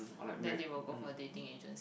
then they will go for dating agent